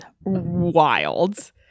wild